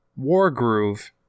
Wargroove